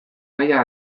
mahaia